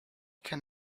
can